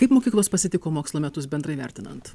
kaip mokyklos pasitiko mokslo metus bendrai vertinant